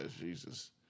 Jesus